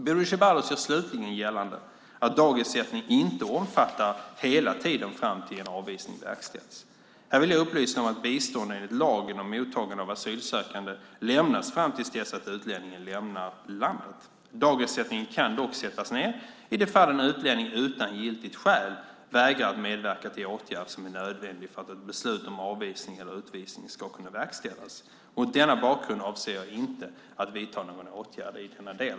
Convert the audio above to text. Bodil Ceballos gör slutligen gällande att dagersättning inte omfattar hela tiden fram till att en avvisning verkställs. Här vill jag upplysa om att bistånd enligt lagen om mottagande av asylsökande lämnas fram till dess att utlänningen lämnar landet. Dagersättningen kan dock sättas ned i de fall en utlänning utan giltigt skäl vägrar att medverka till åtgärd som är nödvändig för att ett beslut om avvisning eller utvisning ska kunna verkställas. Mot denna bakgrund avser jag inte att vidta någon åtgärd i denna del.